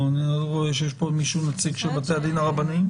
אני לא רואה שיש פה נציג של בתי הדין הרבניים.